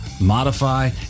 modify